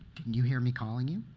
didn't you hear me calling you?